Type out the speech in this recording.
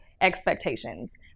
Expectations